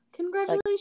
Congratulations